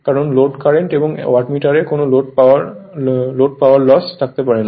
কারণ load current এবং ওয়াটমিটারে কোন লোড পাওয়ার লস থাকতে পারে না